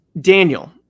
Daniel